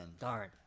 Darn